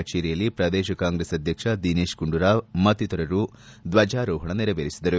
ಕಚೇರಿಯಲ್ಲಿ ಪ್ರದೇಶ ಕಾಂಗ್ರೆಸ್ ಅಧ್ವಕ್ಷ ದಿನೇಶ್ ಗುಂಡೂರಾವ್ ಮತ್ತಿತರರು ಧ್ವಜಾರೋಪಣ ನೆರವೇರಿಸಿದರು